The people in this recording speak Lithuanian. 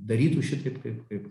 darytų šitaip kaip kaip